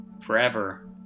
forever